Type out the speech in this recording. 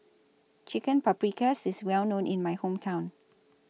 Chicken Paprikas IS Well known in My Hometown